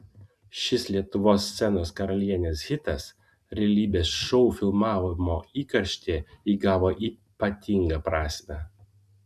šis lietuvos scenos karalienės hitas realybės šou filmavimo įkarštyje įgavo ypatingą prasmę